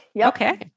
okay